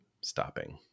stopping